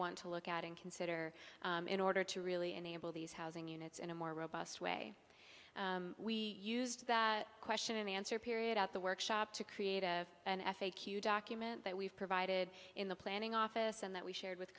want to look at and consider in order to really enable these housing units in a more robust way we used that question and answer period at the workshop to create an f a q document that we've provided in the planning office and that we shared with